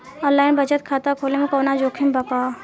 Online बचत खाता खोले में कवनो जोखिम बा का?